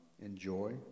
enjoy